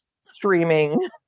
streaming